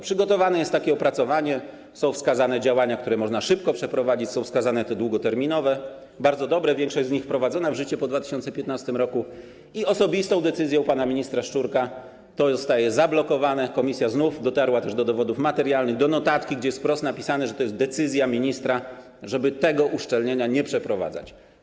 Przygotowane jest takie opracowanie, są wskazane działania, które można szybko przeprowadzić, są wskazane te długoterminowe, bardzo dobre, większość z nich wprowadzona w życie po 2015 r., ale osobistą decyzją pana ministra Szczurka zostaje to zablokowane, komisja dotarła do dowodów materialnych, do notatki, w której jest wprost napisane, że to jest decyzja ministra, żeby tego uszczelnienia nie przeprowadzać.